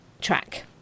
track